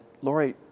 Lori